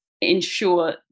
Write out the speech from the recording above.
ensure